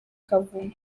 kavumu